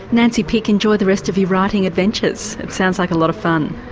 nancy pick, enjoy the rest of your writing adventures. it sounds like a lot of fun.